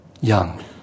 young